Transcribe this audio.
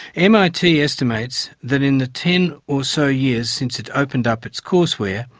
mit estimates that in the ten or so years since it opened up its courseware,